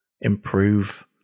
improve